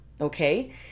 okay